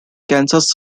kansas